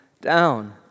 down